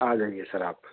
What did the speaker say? आ जाइए सर आप